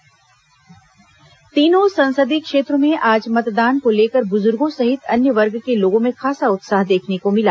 मतदान उत्साह तीनों संसदीय क्षेत्रों में आज मतदान को लेकर बुजुर्गों सहित अन्य वर्ग के लोगों में खासा उत्साह देखने को मिला